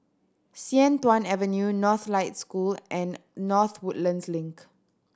Sian Tuan Avenue Northlight School and North Woodlands Link